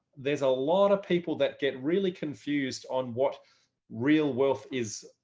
there's a lot of people that get really confused on what real wealth is,